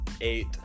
eight